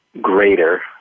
greater